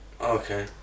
Okay